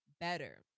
better